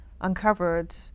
uncovered